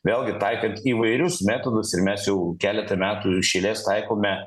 vėlgi taikant įvairius metodus ir mes jau keletą metų iš eilės taikome